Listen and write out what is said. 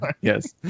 Yes